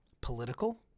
political